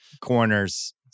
corners